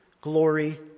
glory